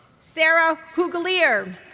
sara hugelier,